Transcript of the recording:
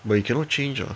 but you cannot change ah